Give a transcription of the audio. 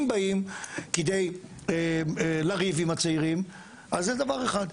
אם באים כדי לריב עם הצעירים אז זה דבר אחד,